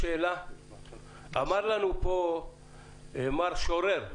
אמר לנו פה מר שורר,